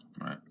right